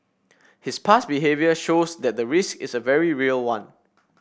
his past behaviour shows that the risk is a very real one